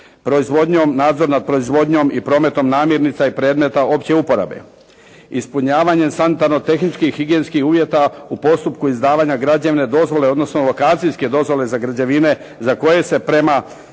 proizvodnjom, nadzor nad proizvodnjom i prometom namirnica i predmeta opće uporabe, ispunjavanje sanitarno-tehničkih higijenskih uvjeta u postupku izdavanja građevne dozvole, odnosno lokacijske dozvole za građevine za koje se prema posebnom